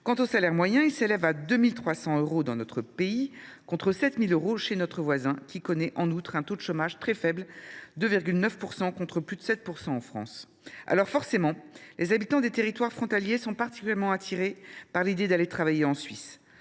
Quant au salaire moyen, il s’élève à 2 300 euros dans notre pays, contre 7 000 euros chez notre voisin, qui connaît en outre un taux de chômage très faible de 2,9 %, contre plus de 7 % en France. Les habitants des territoires frontaliers sont donc inévitablement attirés à l’idée d’aller travailler en Suisse.